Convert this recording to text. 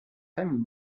famille